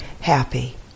happy